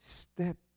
step